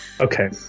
Okay